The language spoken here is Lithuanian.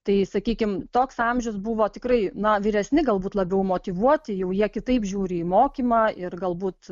tai sakykime toks amžius buvo tikrai na vyresni galbūt labiau motyvuoti joje kitaip žiūri į mokymą ir galbūt